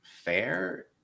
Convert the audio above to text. fair